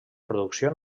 producció